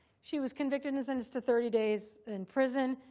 she was convicted and sentenced to thirty days in prison.